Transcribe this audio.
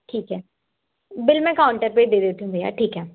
ठीक है बिल मैं काउंटर पे ही दे देती हूँ भईया ठीक है